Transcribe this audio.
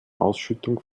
ausschüttung